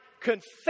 confess